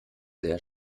sehr